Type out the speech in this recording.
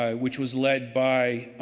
um which was led by